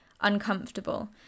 uncomfortable